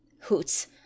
Hoots